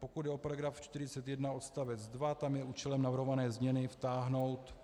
Pokud jde o § 41 odst. 2, tam je účelem navrhované změny vtáhnout